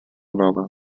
nova